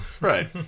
right